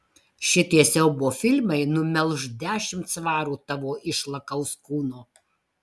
šitie siaubo filmai numelš dešimt svarų tavo išlakaus kūno